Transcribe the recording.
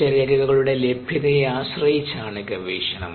കോശരേഖകളുടെ ലഭ്യതയെ ആശ്രയിച്ചാണ് ഗവേഷണം